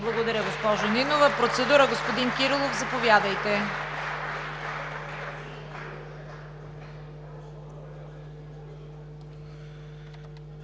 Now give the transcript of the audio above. Благодаря, госпожо Нинова. Процедура, господин Кирилов – заповядайте.